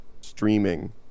streaming